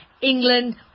England